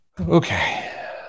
Okay